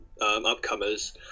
upcomers